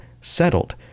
settled